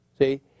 See